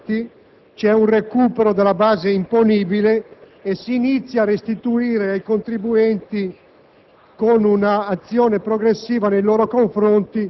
all'evasione ha prodotto risultati importanti: vi è un recupero della base imponibile e si inizia a restituire ai contribuenti,